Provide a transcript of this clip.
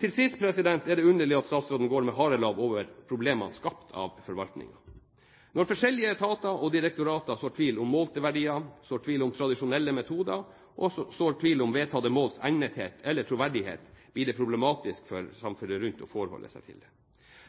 Til sist er det underlig at statsråden går med harelabb over problemene skapt av forvaltningen. Når forskjellige etater og direktorater sår tvil om målte verdier, tradisjonelle metoder og vedtatte måls egnethet eller troverdighet, blir det problematisk for samfunnet rundt å forholde seg til det.